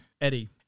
Eddie